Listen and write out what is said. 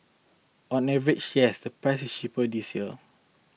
on average yes the price is cheaper this year